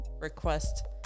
request